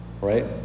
right